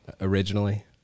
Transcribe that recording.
Originally